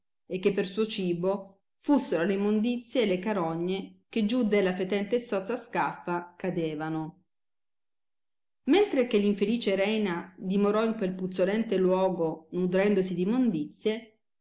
e che per suo cibo fussero le immondizie e le carogne che giù della fetente e sozza scaffa cadevano mentre che l infelice reina dimorò in quel puzzolente luogo nudrendosi d immondizie